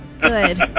Good